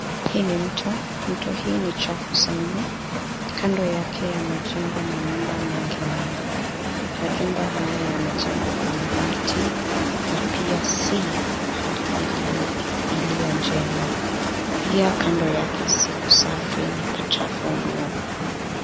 Hii ni mto. Mto hii ni chafu sana. Kando yake yamejengwa manyumba mengi mno. Majumba haya yamejengwa kwa mabati na pia si kwa hali iliyo njema. Pia kando yake si kusafi, ni pachafu mno.